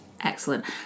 Excellent